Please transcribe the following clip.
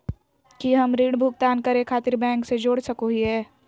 की हम ऋण भुगतान करे खातिर बैंक से जोड़ सको हियै?